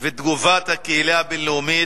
ותגובת הקהילה הבין-לאומית,